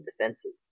defenses